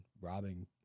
robbing